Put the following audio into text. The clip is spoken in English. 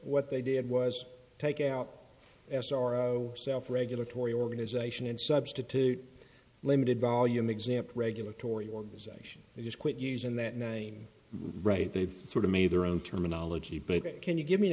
what they did was take out s r o self regulatory organization and substitute a limited volume example regulatory organization they just quit using that right they've sort of made their own terminology but can you give me an